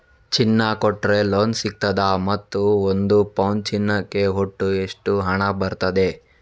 ಚಿನ್ನ ಕೊಟ್ರೆ ಲೋನ್ ಸಿಗ್ತದಾ ಮತ್ತು ಒಂದು ಪೌನು ಚಿನ್ನಕ್ಕೆ ಒಟ್ಟು ಎಷ್ಟು ಹಣ ಬರ್ತದೆ?